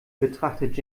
betrachtet